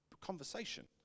conversation